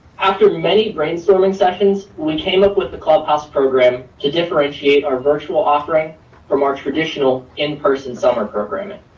after many brainstorming sessions, we came up with the call pos program to differentiate our virtual offering from our traditional in-person summer programming.